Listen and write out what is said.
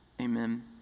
Amen